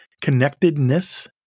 Connectedness